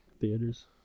theaters